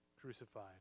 crucified